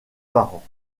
parents